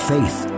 Faith